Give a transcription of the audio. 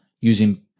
using